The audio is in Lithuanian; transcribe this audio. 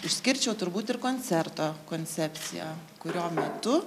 išskirčiau turbūt ir koncerto koncepciją kurio metu